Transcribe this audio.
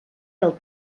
del